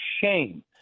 shame